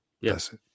Yes